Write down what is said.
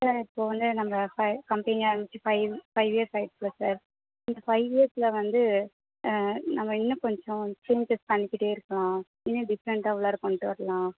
sir இப்போ வந்து நம்ம க கம்பெனி ஆரபிச்சி ஃபைவ் ஃபைவ் இயர்ஸ் ஆயிடுச்சில சார் இந்த ஃபைவ் இயர்ஸில் வந்து நம்ம இன்னும் கொஞ்சம் இன்சென்டிவ் பண்ணிக்கிட்டே இருக்கலாம் இன்னும் டிஃப்ரெண்டாக உள்ளார கொண்டு வரலாம்